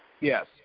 yes